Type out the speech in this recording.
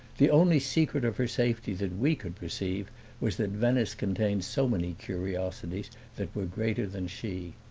the only secret of her safety that we could perceive was that venice contained so many curiosities that were greater than she.